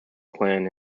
plan